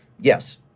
yes